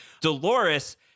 Dolores